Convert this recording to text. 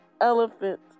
elephants